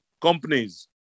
companies